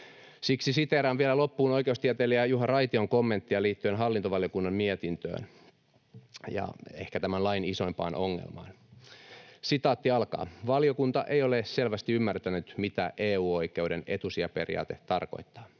Siksi siteeraan vielä loppuun oikeustieteilijä Juha Raition kommenttia liittyen hallintovaliokunnan mietintöön ja ehkä tämän lain isoimpaan ongelmaan: ”Valiokunta ei ole selvästi ymmärtänyt, mitä EU-oikeuden etusijaperiaate tarkoittaa.